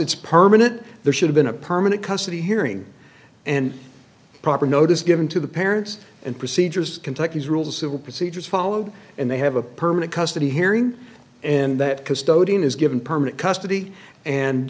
it's permanent there should've been a permanent custody hearing and proper notice given to the parents and procedures kentucky's rules of civil procedure is followed and they have a permanent custody hearing and that custodian is given permanent custody and